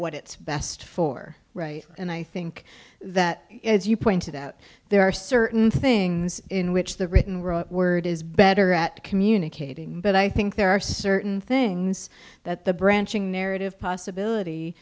what it's best for right and i think that is you pointed out there are certain things in which the written word is better at communicating but i think there are certain things that the branching narrative possibility